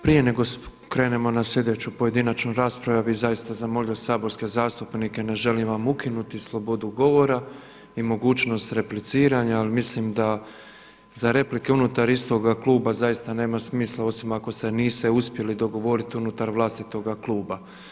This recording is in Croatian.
Prije nego što krenemo na sljedeću pojedinačnu raspravu ja bih zaista zamolio saborske zastupnike, ne želim vam ukinuti slobodu govora i mogućnost repliciranja, ali mislim da za replike unutar istoga kluba zaista nema smisla osim ako se niste uspjeli dogovoriti unutar vlastitoga kluba.